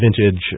vintage